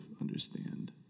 understand